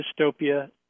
dystopia